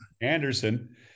Anderson